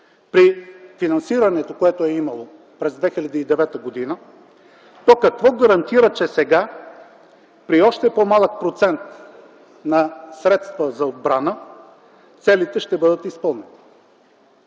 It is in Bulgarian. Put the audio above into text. при финансирането, което е имало през 2009 г., то какво гарантира, че сега, при още по-малък процент на средства за отбрана, целите ще бъдат изпълнени?